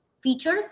features